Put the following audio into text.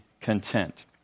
content